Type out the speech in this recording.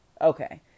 Okay